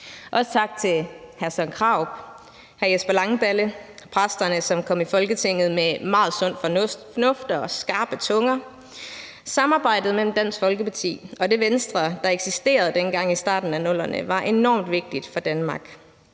Også tak til hr. Søren Krarup og hr. Jesper Langballe, præsterne, som kom i Folketinget med meget sund fornuft og skarpe tunger. Samarbejdet mellem Dansk Folkeparti og det Venstre, der eksisterede dengang i starten af 00'erne, var enormt vigtigt for Danmark.